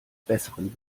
besseren